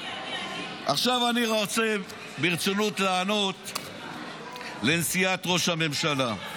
--- עכשיו אני רוצה לענות ברצינות על נסיעת ראש הממשלה.